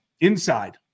inside